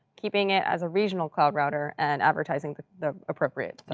keeping it as a regional cloud router, and advertising the appropriate but